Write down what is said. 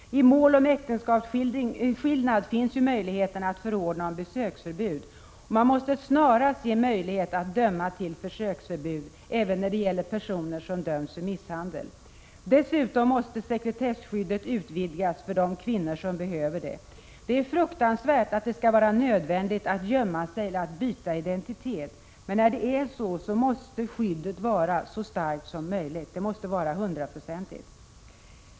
I mål om äktenskapsskillnad finns ju möjligheten att förordna om besöksförbud. Man måste snarast ge möjlighet att döma till besöksförbud även när det gäller personer som dömts för misshandel. Dessutom måste sekretesskyddet utvidgas för de kvinnor som behöver sådant skydd. Det är fruktansvärt att det skall vara nödvändigt att gömma sig eller att byta identitet. Men när nu detta är ett faktum, måste skyddet vara så starkt som möjligt. Det måste vara hundraprocentigt.